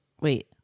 Wait